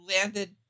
landed